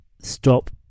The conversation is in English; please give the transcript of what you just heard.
stop